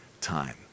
time